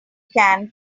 can